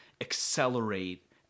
accelerate